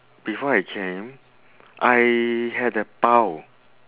before I came I had a bao